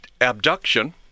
Abduction